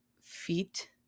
feet